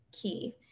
key